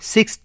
Six